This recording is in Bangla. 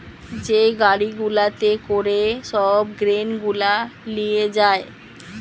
যে গাড়ি গুলাতে করে সব গ্রেন গুলা লিয়ে যায়